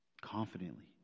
confidently